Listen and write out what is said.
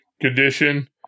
condition